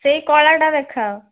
ସେଇ କଳାଟା ଦେଖାଅ